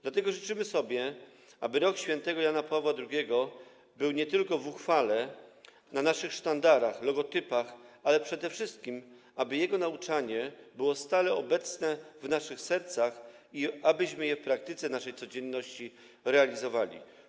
Dlatego życzymy sobie, aby rok św. Jana Pawła II był nie tylko w uchwale, na naszych sztandarach, logotypach, ale przede wszystkim aby jego nauczanie było stale obecne w naszych sercach i abyśmy je w praktyce, w naszej codzienności realizowali.